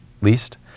least